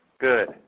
Good